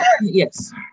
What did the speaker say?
Yes